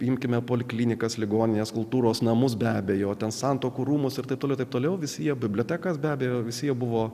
imkime poliklinikas ligonines kultūros namus be abejo ten santuokų rūmus ir taip toliau taip toliau visi jie bibliotekas be abejo visi jie buvo